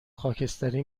خاکستری